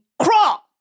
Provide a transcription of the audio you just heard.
crawl